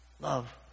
Love